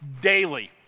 daily